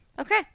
Okay